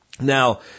Now